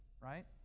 right